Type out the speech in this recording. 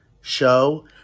show